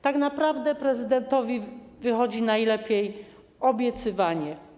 Tak naprawdę prezydentowi wychodzi najlepiej obiecywanie.